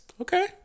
okay